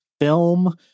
film